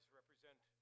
represent